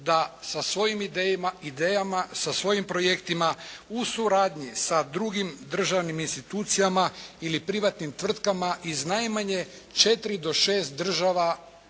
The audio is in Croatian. da sa svojim idejama, sa svojim projektima u suradnji sa drugim državnim institucijama ili privatnim tvrtkama iz najmanje 4 do 6 država